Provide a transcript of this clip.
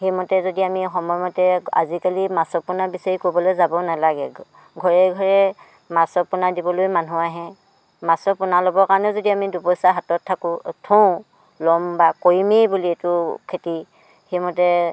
সেইমতে যদি আমি সময় মতে আজিকালি মাছৰ পোনা বিচাৰি ক'ৰবালৈ যাব নালাগে ঘৰে ঘৰে মাছৰ পোনা দিবলৈ মানুহ আহে মাছৰ পোনা ল'বৰ কাৰণেও যদি আমি দুপইচা হাতত থাকোঁ থওঁ ল'ম বা কৰিমেই বুলি এইটো খেতি সেইমতে